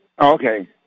Okay